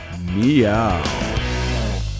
Meow